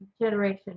generation